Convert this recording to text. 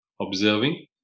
observing